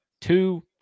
Two